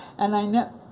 and i know,